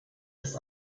ist